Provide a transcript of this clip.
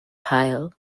pyle